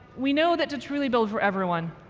we know that to truly build for everyone,